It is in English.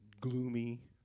gloomy